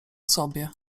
sobie